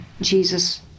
Jesus